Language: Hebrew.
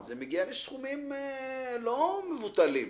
זה מגיע לסכומים לא מבוטלים,